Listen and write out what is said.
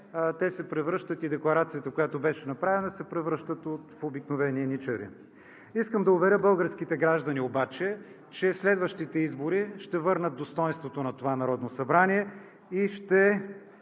това решение и декларацията, която беше направена, се превръщат в обикновени еничари. Искам да уверя българските граждани обаче, че следващите избори ще върнат достойнството на това Народно събрание и ще